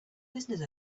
business